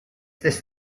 this